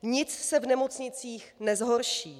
Nic se v nemocnicích nezhorší.